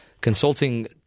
consulting